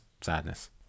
sadness